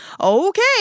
Okay